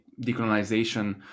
decolonization